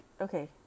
okay